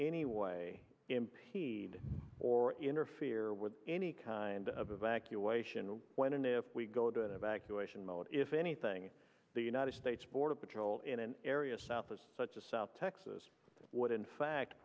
any way impede or interfere with any kind of evacuation or when a new we go to an evacuation mode if anything the united states border patrol in an area south of such as south texas what in fact